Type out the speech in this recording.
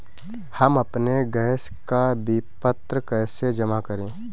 हम अपने गैस का विपत्र कैसे जमा करें?